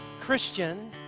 Christian